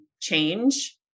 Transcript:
change